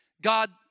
God